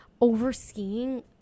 overseeing